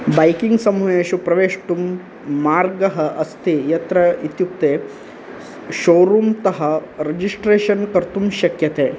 biking समूहेषु प्रवेष्टुं मार्गः अस्ति यत्र इत्युक्ते शोरूं तः रिजिस्ट्रेषन् कर्तुं शक्यते